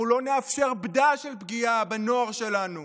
אנחנו לא נאפשר בדל של פגיעה בנוער שלנו,